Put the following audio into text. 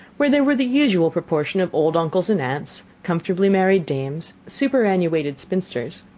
where there were the usual proportion of old uncles and aunts, comfortably married dames, superannuated spinsters,